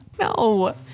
No